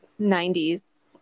90s